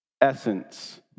essence